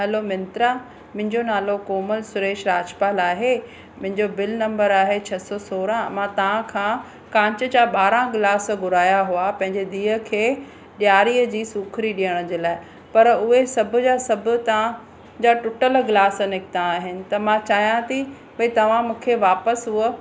hello Myntra मुंहिंजो नालो कोमल सुरेश राजपाल आहे मुंहिंजो बिल नंबर आहे छह सौ सोरहं मां तव्हांखां कांच जा ॿारहं गिलास घुराया हुआ पंहिंजे धीअ खे ॾिआरीअ जी सुखिरी ॾियण जे लाइ पर उहे सभु जा सभु तव्हांजा टुटल गिलास निकिता आहिनि त मां चाहियां थी भई तव्हां मूंखे वापसि उह